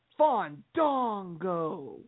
Fondongo